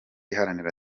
iharanira